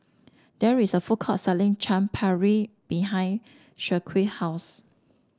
there is a food court selling Chaat Papri behind Shaquille house